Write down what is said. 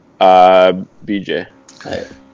BJ